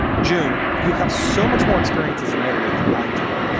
june, you have so much more experience as an editor than i do.